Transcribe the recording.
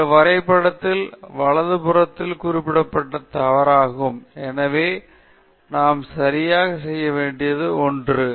எனவே இது இந்த வரைபடத்தின் வலதுபுறத்தில் குறிப்பிடத்தக்க தவறாகும் எனவே நாம் சரிசெய்ய வேண்டிய ஒன்று